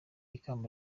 ikamba